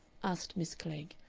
asked miss klegg,